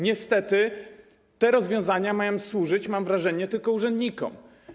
Niestety, te rozwiązania mają służyć, mam wrażenie, tylko urzędnikom.